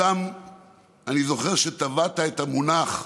שם אני זוכר שטבעת את המונח: